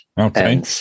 Okay